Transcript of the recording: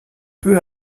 peu